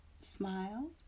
Smile